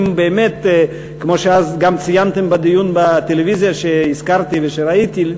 כמו שאז ציינתם בדיון בטלוויזיה שהזכרתי ושראיתי,